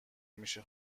میشه